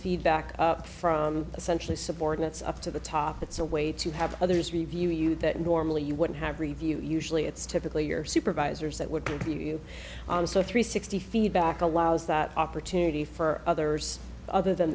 feedback from essentially subordinates up to the top it's a way to have others review you that normally you would have review usually it's typically your supervisors that would take you on so three sixty feedback allows that opportunity for others other than